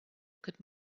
could